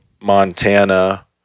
Montana